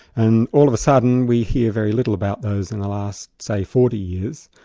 and all of a sudden we hear very little about those in the last, say forty years,